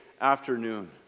afternoon